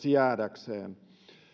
jäädäkseen